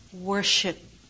worship